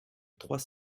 trois